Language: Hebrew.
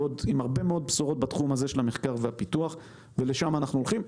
יש לנו עוד הרבה בשורות בתחום הפיתוח ולשם אנחנו הולכים.